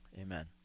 amen